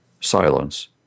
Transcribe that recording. Silence